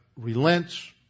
Relents